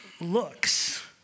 looks